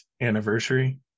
anniversary